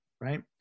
right